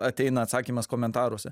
ateina atsakymas komentaruose